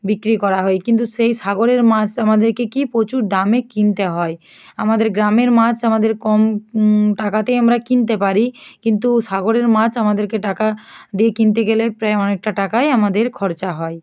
বিক্রি করা হয় কিন্তু সেই সাগরের মাছ আমাদেরকে কী প্রচুর দামে কিনতে হয় আমাদের গ্রামের মাছ আমাদের কম টাকাতে আমরা কিনতে পারি কিন্তু সাগরের মাছ আমাদেরকে টাকা দিয়ে কিনতে গেলে প্রায় অনেকটা টাকাই আমাদের খরচা হয়